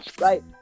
Right